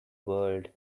world